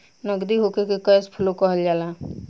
नगदी होखे के कैश फ्लो कहल जाला